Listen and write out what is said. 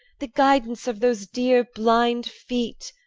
the guidance of those dear blind feet.